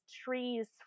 trees